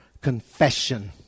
confession